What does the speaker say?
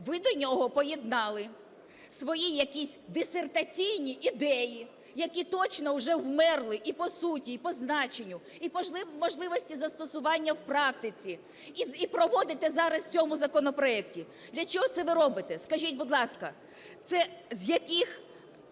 Ви до нього поєднали свої якісь дисертаційні ідеї, які точно уже вмерли і по суті, і по значенню, і можливості застосування в практиці, і проводите зараз в цьому законопроекті. Для чого ви це робите, скажіть, будь ласка? Це з яких